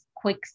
quick